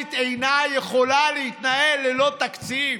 נורמלית אינה יכולה להתנהל ללא תקציב.